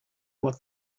what